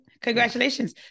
Congratulations